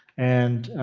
and